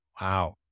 Wow